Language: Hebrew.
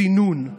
סינון.